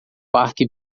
parque